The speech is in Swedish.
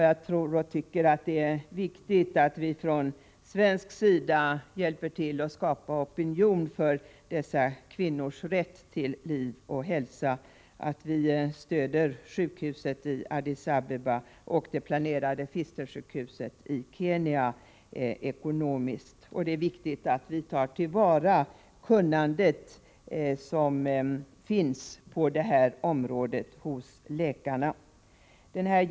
Jag tycker att det är viktigt att vi från svensk sida hjälper till att skapa opinion för dessa kvinnors rätt till liv och hälsa, att vi stöder sjukhuset i Addis Abeba och det planerade sjukhuset i Kenya ekonomiskt. Det är viktigt att vi tar till vara det kunnande på det här området som finns hos läkarna.